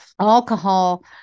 Alcohol